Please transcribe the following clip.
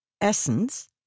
essence